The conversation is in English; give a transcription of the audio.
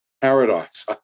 Paradise